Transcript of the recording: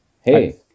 hey